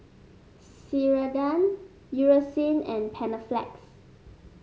Ceradan Eucerin and Panaflex